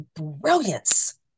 brilliance